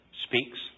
speaks